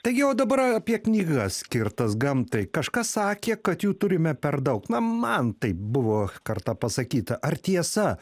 taigi o dabar apie knygas skirtas gamtai kažkas sakė kad jų turime per daug na man taip buvo kartą pasakyta ar tiesa